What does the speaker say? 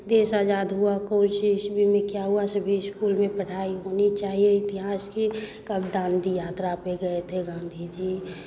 देश आजाद हुआ कौन सी ईस्वी में क्या हुआ सभी स्कूल में पढ़ाई होनी चाहिए इतिहास की कब दांडी यात्रा पे गए थे गाँधी जी